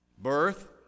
birth